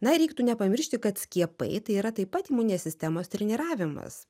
na reiktų nepamiršti kad skiepai tai yra taip pat imuninės sistemos treniravimas